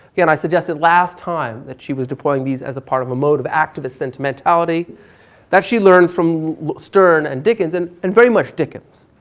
yeah and i suggested last time that she was deploying these as part of emotive act of sentimentality that she learns from stern and dickens, and and very much dickens.